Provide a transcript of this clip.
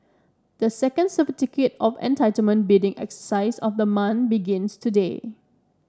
the second Certificate of Entitlement bidding exercise of the month begins today